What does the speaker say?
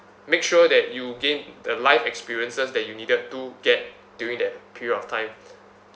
make sure that you gain the life experiences that you needed to get during that period of time